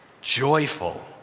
Joyful